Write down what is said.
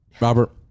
Robert